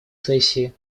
сессии